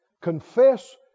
Confess